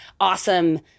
awesome